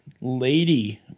Lady